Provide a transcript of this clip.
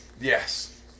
yes